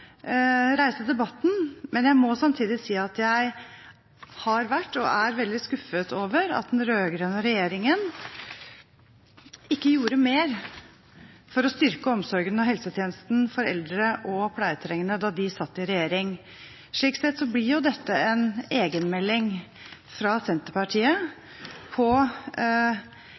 reise debatten, men jeg må samtidig si at jeg har vært og er veldig skuffet over at den rød-grønne regjeringen ikke gjorde mer for å styrke omsorgen og helsetjenesten for eldre og pleietrengende da de satt i regjering. Slik sett blir dette en egenmelding fra Senterpartiet